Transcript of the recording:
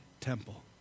temple